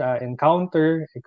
encounter